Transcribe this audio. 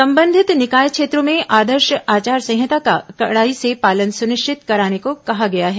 संबंधित निकाय क्षेत्रों में आदर्श आचार संहिता का कड़ाई से पालन सुनिश्चित कराने को कहा गया है